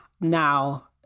now